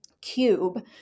cube